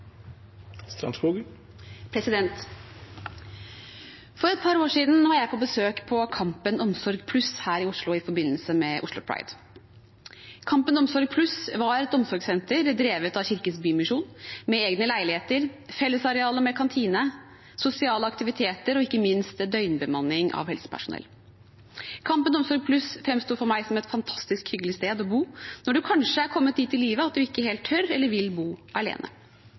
avsluttet. For et par år siden var jeg på besøk på Kampen Omsorg+ her i Oslo i forbindelse med Oslo Pride. Kampen Omsorg+ var et omsorgssenter drevet av Kirkens Bymisjon med egne leiligheter, fellesarealer med kantine, sosiale aktiviteter og ikke minst døgnbemanning av helsepersonell. Kampen Omsorg+ framsto for meg som et fantastisk hyggelig sted å bo når man kanskje er kommet dit i livet at man ikke helt tør eller vil bo alene.